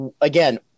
again